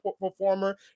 performer